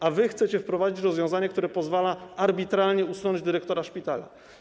A wy chcecie wprowadzić rozwiązanie, które pozwala arbitralnie usunąć dyrektora szpitala.